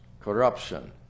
corruption